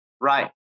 Right